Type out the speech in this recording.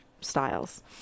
styles